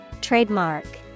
Trademark